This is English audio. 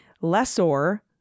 lessor